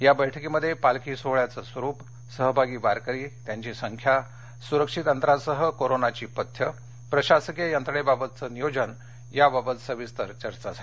या बैठकीमध्ये पालखी सोहोळयाचं स्वरूप सहभागी वारकरी त्यांची संख्या सुरक्षित अंतरासह कोरोनाची पथ्यं प्रशासकीय यंत्रणेबाबतचं नियोजन याबाबत सविस्तर चर्चा झाली